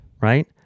Right